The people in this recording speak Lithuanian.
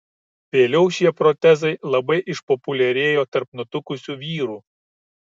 vėliau šie protezai labai išpopuliarėjo tarp nutukusių vyrų